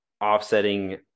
offsetting